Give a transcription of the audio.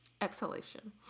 Exhalation